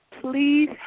please